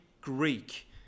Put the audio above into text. Greek